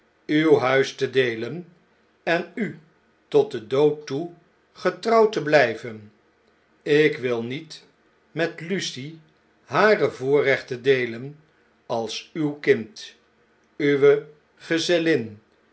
uw huis te deelen en u tot den dood toe getrouw te bljjven ik wil niet met lucie hare voorrechten deelen als uw kind uwe gezellin